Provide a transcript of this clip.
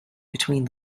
between